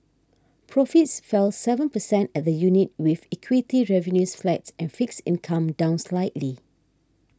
profits fell seven percent at the unit with equity revenues flat and fixed income down slightly